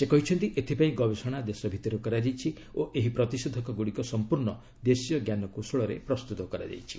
ସେ କହିଛନ୍ତି ଏଥିପାଇଁ ଗବେଷଣା ଦେଶ ଭିତରେ କରାଯାଇଛି ଓ ଏହି ପ୍ରତିଷେଧକ ଗୁଡ଼ିକ ସମ୍ପୂର୍ଣ୍ଣ ଦେଶୀୟ ଞ୍ଜାନକୌଶଳରେ ପ୍ରସ୍ତୁତ କରାଯାଇଛି